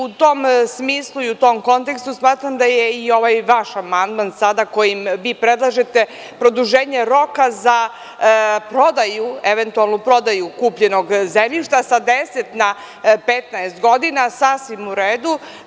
U tom smislu i u tom kontekstu, smatram da je i ovaj vaš amandman sada, kojim vi predlažete produženje roka za prodaju, eventualnu prodaju kupljenog zemljišta sa 10 na 15 godina, sasvim u redu.